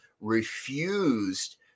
refused